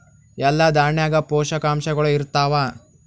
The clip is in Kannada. ಎಲ್ಲಾ ದಾಣ್ಯಾಗ ಪೋಷಕಾಂಶಗಳು ಇರತ್ತಾವ?